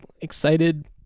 excited